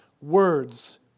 words